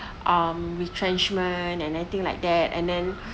um retrenchment and then thing like that and then